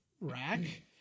rack